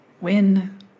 win